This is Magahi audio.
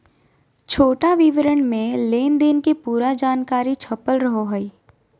छोटा विवरण मे लेनदेन के पूरा जानकारी छपल रहो हय